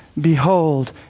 behold